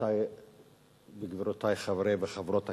רבותי וגבירותי, חברי וחברות הכנסת,